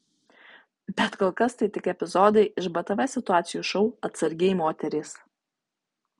bet kol kas tai tik epizodai iš btv situacijų šou atsargiai moterys